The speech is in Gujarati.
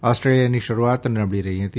ઓસ્ટ્રેલિયાની શરૂઆત નબળી રહી હતી